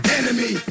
enemy